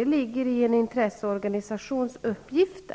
Det ligger i en intresseorganisations uppgift